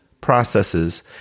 processes